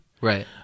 Right